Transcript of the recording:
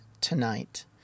tonight